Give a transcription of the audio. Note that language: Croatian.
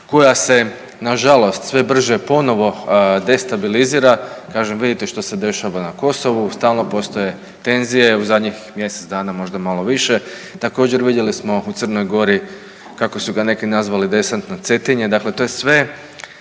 koja se na žalost sve brže ponovo destabilizira. Kažem vidite što se dešava na Kosovu. Stalno postoje tenzije u zadnjih mjesec dana, možda malo više. Također vidjeli smo u Crnoj Gori kako su ga neki nazvali desant na Cetinje. Dakle, to je sve